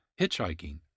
hitchhiking